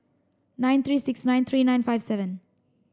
nine three six nine three nine five seven